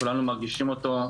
כולנו מרגישים אותו.